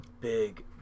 big